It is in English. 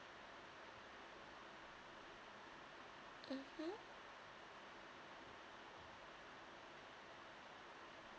mmhmm